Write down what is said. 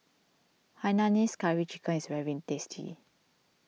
Hainanese Curry Chicken is very tasty